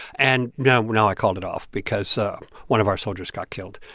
and now now i called it off because so one of our soldiers got killed.